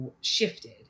shifted